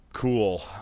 Cool